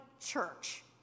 Church